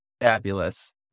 Fabulous